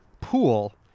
pool